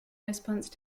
response